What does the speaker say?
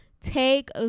Take